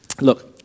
look